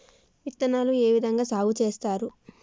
విత్తనాలు ఏ విధంగా సాగు చేస్తారు?